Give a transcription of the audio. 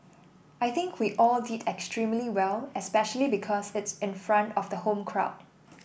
I think we all did extremely well especially because it's in front of the home crowd